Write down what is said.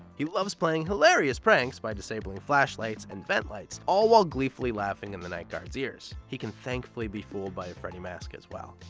he loves playing hilarious pranks by disabling flashlights and vent lights, all while gleefully laughing in the night guards' ears. he can thankfully be fooled by a freddy mask as well.